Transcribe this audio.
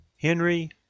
Henry